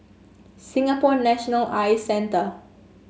Singapore National Eye Centre